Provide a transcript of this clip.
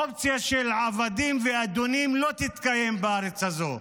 אופציה של עבדים ואדונים לא תתקיים בארץ הזו.